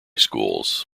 schools